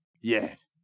Yes